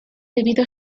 debido